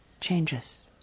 changes